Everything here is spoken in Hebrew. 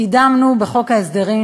אנחנו קידמנו בחוק ההסדרים